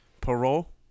Parole